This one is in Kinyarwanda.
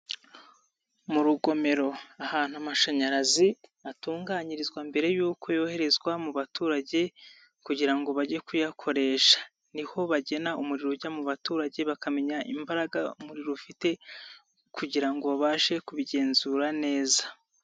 Mu rugomero ahantu amashanyarazi atunganyirizwa mbere y'uko yoherezwa mu baturage kugira ngo bajye kuyakoresha, ni ho bagena umuriro ujya mu baturage, bakamenya imbaraga ufite kugira ngo babashe kubigenzura neza.